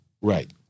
Right